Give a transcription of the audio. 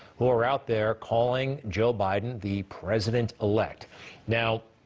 who are out there, calling joe biden the president-elect. now,